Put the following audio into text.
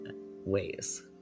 ways